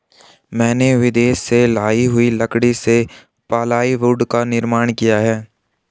मैंने विदेश से लाई हुई लकड़ी से प्लाईवुड का निर्माण किया है